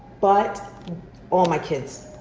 but all my kids,